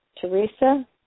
Teresa